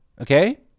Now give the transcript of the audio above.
Okay